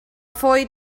fawi